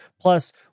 plus